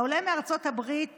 העולה מארצות הברית